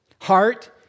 Heart